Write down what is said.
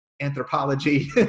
anthropology